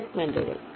സെഗ്മെന്റുകൾ